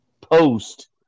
post